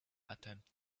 attempt